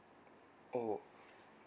oh